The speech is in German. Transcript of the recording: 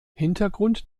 hintergrund